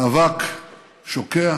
האבק שוקע,